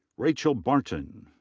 rachel barton.